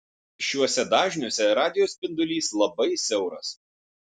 šiuose dažniuose radijo spindulys labai siauras